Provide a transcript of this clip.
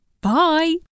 Bye